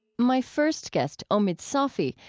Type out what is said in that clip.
my first guest, omid safi,